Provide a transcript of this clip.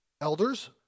Elders